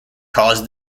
caused